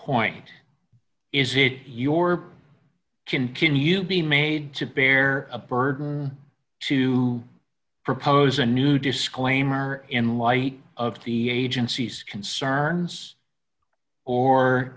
point is it your continue to be made to bear a burden to propose a new disclaimer in light of the agency's concerns or